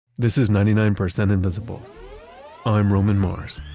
this is ninety nine percent invisible i'm roman mars.